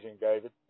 David